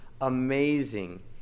amazing